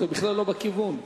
זה בכלל לא בכיוון.